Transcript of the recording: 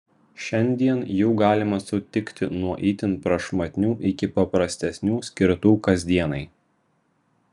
šiandien jų galima sutikti nuo itin prašmatnių iki paprastesnių skirtų kasdienai